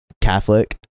catholic